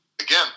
again